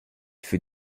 fut